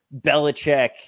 belichick